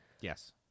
Yes